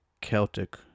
Celtic